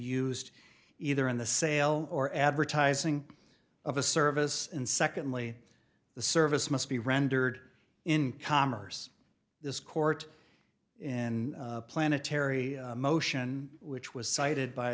used either in the sale or advertising of a service and secondly the service must be rendered in commerce this court in planetary motion which was cited by